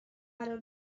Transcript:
قرار